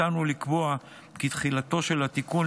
הצענו לקבוע כי תחילתו של התיקון,